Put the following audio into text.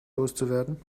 loszuwerden